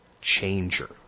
changer